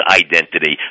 identity